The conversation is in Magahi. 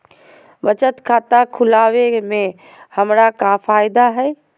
बचत खाता खुला वे में हमरा का फायदा हुई?